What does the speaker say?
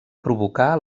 provocar